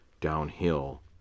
downhill